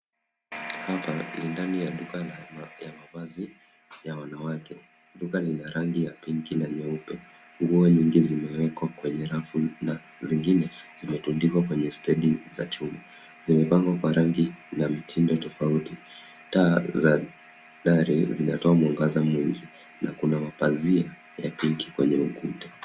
Hapa ni ndani ya duka ya mavazi ya wanawake. Duka lina rangi ya pinki na nyeupe. Nguo nyingi zimewekwa kwenye rafu na zingine zimetundukiwa kwenye stedi za chuma. Zimepangwa kwa rangi la mitindo tofauti, taa za dari zinatoa mwangaza mwingi na kuna mapazia ya pinki kwenye ukuta.